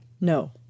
no